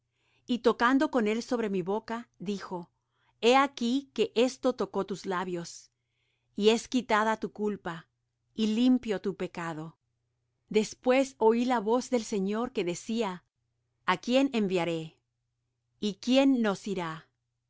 y tocando con él sobre mi boca dijo he aquí que esto tocó tus labios y es quitada tu culpa y limpio tu pecado después oí la voz del señor que decía a quién enviaré y quién nos irá